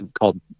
called